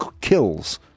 kills